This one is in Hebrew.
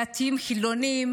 בין דתיים לחילוניים